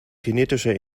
kinetischer